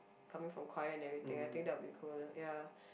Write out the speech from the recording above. coming from choir and everything I think that would be cool ya